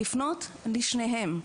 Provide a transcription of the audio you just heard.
לפנות לשניהם.